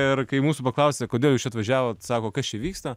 ir kai mūsų paklausė kodėl jūs čia atvažiavot sako kas čia vyksta